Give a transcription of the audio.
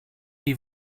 die